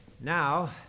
now